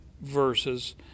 verses